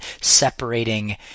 Separating